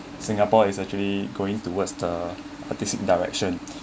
singapore is actually going towards the artistic direction